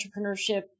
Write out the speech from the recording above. entrepreneurship